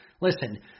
Listen